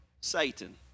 Satan